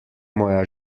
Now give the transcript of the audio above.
moja